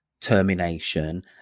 termination